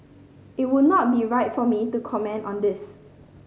it would not be right for me to comment on this